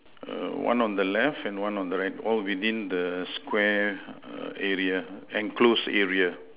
err one on the left and one on the right all within the square err area enclosed area